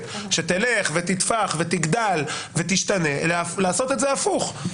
שתלך ותתפח ותגדל ותשתנה לעשות את זה הפוך.